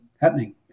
happening